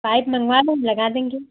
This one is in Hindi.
पाइप मँगवा लो हम लगा देंगे